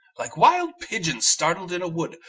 like wild pigeons startled in a wood,